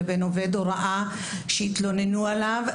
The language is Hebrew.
לבין עובד הוראה שהתלוננו עליו,